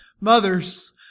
mothers